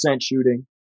shooting